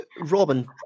Robin